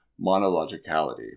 monologicality